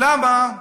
למה?